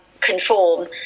Conform